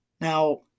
Now